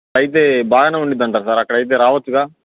అయితే బాగానే ఉంటుందంటారా సార్ అక్కడైతే రావచ్చుగా